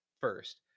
first